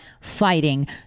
fighting